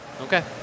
Okay